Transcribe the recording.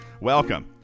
Welcome